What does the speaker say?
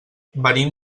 venim